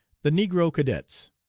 the negro cadets.